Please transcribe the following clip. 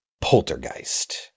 Poltergeist